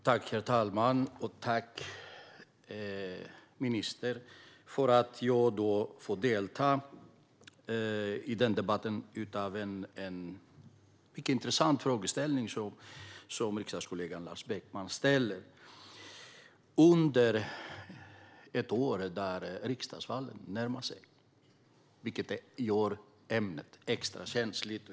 Herr talman! Tack, ministern, för att jag får delta i denna debatt om en mycket intressant frågeställning från riksdagskollegan Lars Beckman! Under detta år, då riksdagsvalet närmar sig, blir ämnet extra känsligt.